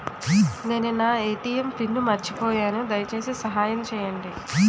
నేను నా ATM pin మర్చిపోయాను, దయచేసి సహాయం చేయండి